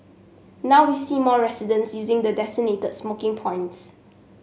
now we see more residents using the designated smoking points